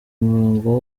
umurongo